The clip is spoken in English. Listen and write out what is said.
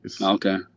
Okay